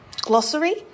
glossary